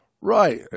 right